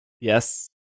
Yes